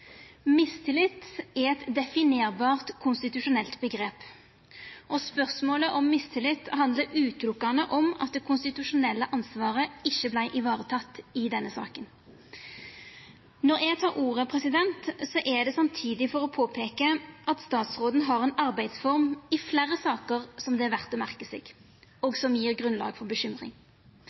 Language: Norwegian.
er eit definerbart konstitusjonelt omgrep. Spørsmålet om mistillit handlar utelukkande om at det konstitusjonelle ansvaret ikkje vart ivareteke i denne saka. Når eg tek ordet, er det samtidig for å peika på at statsråden i fleire saker har ei arbeidsform som det er verdt å merka seg, og som gjev grunnlag for bekymring.